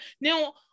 Now